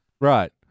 Right